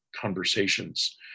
conversations